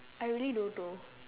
I really don't know